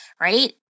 right